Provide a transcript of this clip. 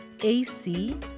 AC